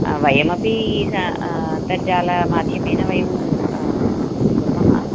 वयमपि सा अन्तर्जालमाध्यमेन वयं कुर्मः